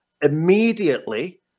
immediately